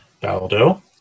Baldo